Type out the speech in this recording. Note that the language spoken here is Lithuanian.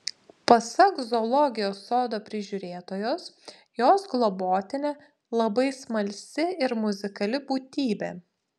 pasak zoologijos sodo prižiūrėtojos jos globotinė labai smalsi ir muzikali būtybė